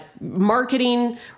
marketing